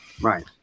Right